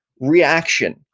reaction